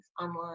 online